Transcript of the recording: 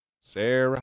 Sarah